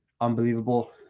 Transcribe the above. unbelievable